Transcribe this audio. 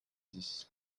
dix